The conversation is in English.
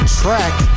track